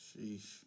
sheesh